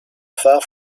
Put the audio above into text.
far